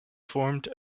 formed